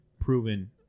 proven